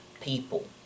people